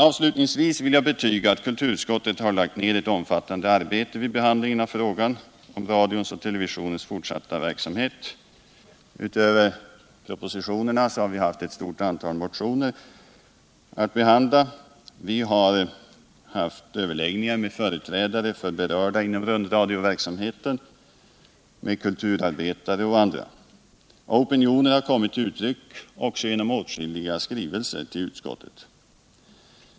Avslutningsvis vill jag betyga att kulturutskottet har lagt ned ett omfattande arbete vid behandlingen av frågan om radions och televisionens fortsatta verksamhet. Utöver propositionerna har vi haft att behandla ett stort antal motioner. Vi har anordnat ett stort antal överläggningar med företrädare för berörda inom rundradioverksamheten, kulturarbetare och andra. Opinioner har kommit till uttryck också genom åtskilliga skrivelser till utskottet.